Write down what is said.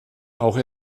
auch